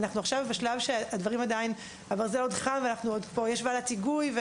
אנחנו עכשיו בשלב שהברזל עוד חם ויש ועדת היגוי.